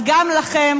אז גם לכם,